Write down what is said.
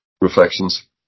reflections